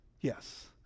yes